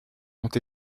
ont